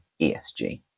ESG